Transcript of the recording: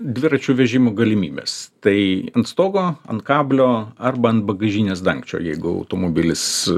dviračių vežimo galimybes tai ant stogo ant kablio arba ant bagažinės dangčio jeigu automobilis